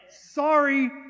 Sorry